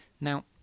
Now